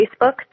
Facebook